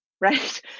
right